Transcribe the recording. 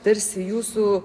tarsi jūsų